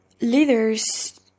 Leaders